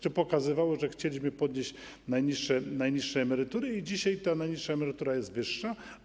To pokazywało, że chcieliśmy podnieść najniższe emerytury i dzisiaj najniższa emerytura jest wyższa.